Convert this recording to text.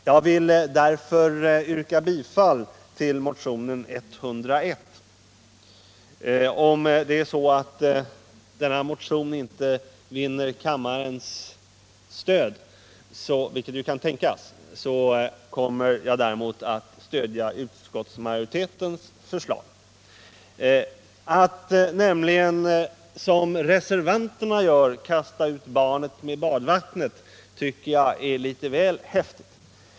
Jag vill mot den här bakgrunden yrka bifall till motionen 101. Om denna motion inte vinner kammarens stöd, vilket ju kan tänkas, kommer jag att i stället stödja utskottsmajoritetens förslag. Att göra som reservanterna och kasta ut barnet med badvattnet tycker jag är litet väl häftigt.